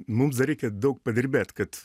mums dar reikia daug padirbėt kad